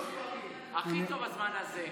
הכי טוב הזמן הזה.